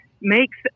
makes